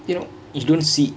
you know if you don't see